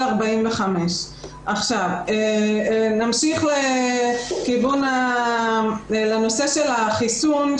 45. נמשיך לכיוון הנושא של החיסון,